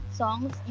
songs